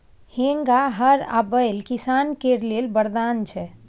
हेंगा, हर आ बैल किसान केर लेल बरदान छै